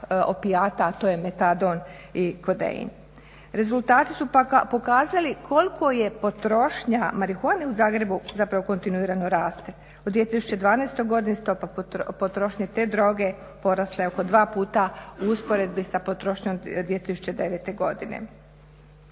to je metadon i kodein. Rezultati su pokazali koliko je potrošnja marihuane u Zagrebu kontinuirano raste. Od 2012.godine stopa potrošnje te droge porasla je oko 2 puta u usporedbi sa potrošnjom 2009.godine.